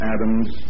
Adam's